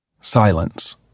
Silence